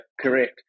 correct